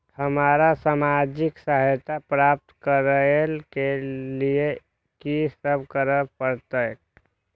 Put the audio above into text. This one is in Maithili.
हमरा सामाजिक सहायता प्राप्त करय के लिए की सब करे परतै?